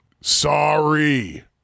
sorry